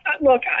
look